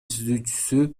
түзүүчүсү